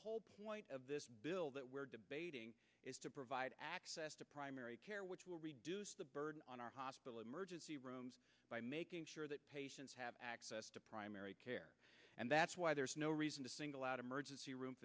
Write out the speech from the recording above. whole point of this bill that we're debating is to provide access to primary care which will reduce the burden on our hospital emergency rooms by making sure that patients have access to primary care and that's why there's no reason to single out emergency room